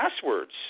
passwords